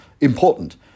important